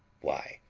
why,